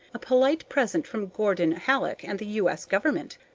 a polite present from gordon hallock and the u. s. government.